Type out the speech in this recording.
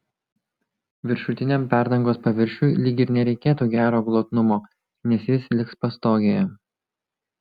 viršutiniam perdangos paviršiui lyg ir nereikėtų gero glotnumo nes jis liks pastogėje